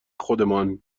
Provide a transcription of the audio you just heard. خودمان